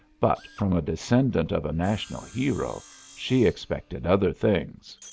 but from a descendant of a national hero she expected other things.